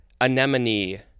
anemone